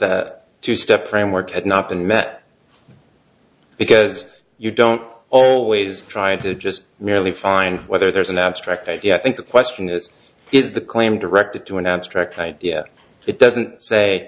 the two step framework had not been met because you don't always try to just merely find whether there's an abstract idea i think the question is is the claim directed to an abstract idea it doesn't say